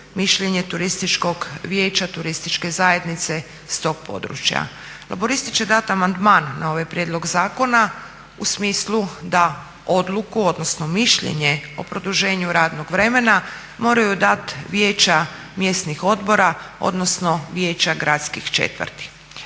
mišljenje Turističkog vijeća Turističke zajednice s tog područja. Laburisti će dati amandman na ovaj prijedlog zakona u smislu da odluku, odnosno mišljenje o produženju radnog vremena moraju dati vijeća mjesnih odbora, odnosno vijeća gradskih četvrti.